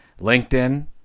LinkedIn